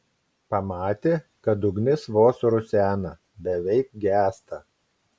pamatė kad ugnis vos rusena beveik gęsta